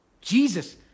Jesus